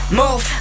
move